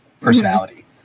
personality